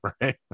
Right